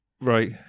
right